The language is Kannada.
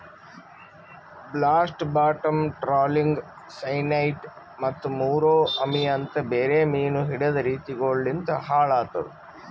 ಬ್ಲಾಸ್ಟ್, ಬಾಟಮ್ ಟ್ರಾಲಿಂಗ್, ಸೈನೈಡ್ ಮತ್ತ ಮುರೋ ಅಮಿ ಅಂತ್ ಬೇರೆ ಮೀನು ಹಿಡೆದ್ ರೀತಿಗೊಳು ಲಿಂತ್ ಹಾಳ್ ಆತುದ್